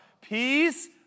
Peace